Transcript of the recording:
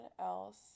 else